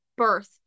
birth